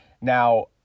Now